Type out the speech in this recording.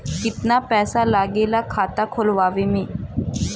कितना पैसा लागेला खाता खोलवावे में?